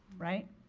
right?